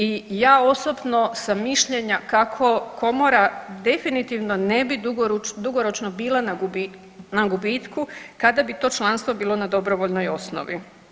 I ja osobno sam mišljenja kako komora definitivno ne bi dugoročno bila na gubitku kada bi to članstvo bilo na dobrovoljnoj osnovi.